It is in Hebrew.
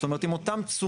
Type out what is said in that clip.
זאת אומרת עם אותם תשומות,